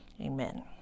Amen